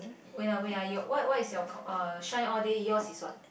wait ah wait ah your what what is your c~ uh shine all day yours is what